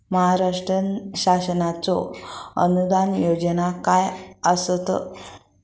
महाराष्ट्र शासनाचो अनुदान योजना काय आसत?